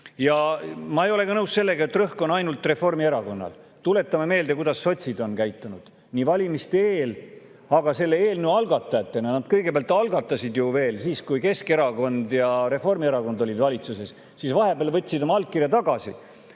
Ma ei ole nõus ka sellega, et rõhk on ainult Reformierakonnal. Tuletame meelde, kuidas sotsid on käitunud valimiste eel. Selle eelnõu algatajatena nad kõigepealt algatasid selle siis, kui Keskerakond ja Reformierakond olid valitsuses, siis vahepeal võtsid oma allkirja tagasi,